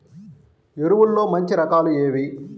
ఎరువుల్లో మంచి రకాలు ఏవి?